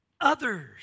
others